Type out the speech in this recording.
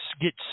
get